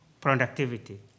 productivity